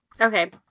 Okay